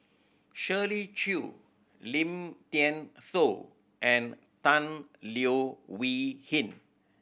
Shirley Chew Lim Thean Soo and Tan Leo Wee Hin